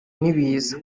n’ibiza